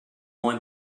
more